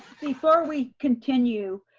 before we continue,